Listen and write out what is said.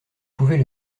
pouvait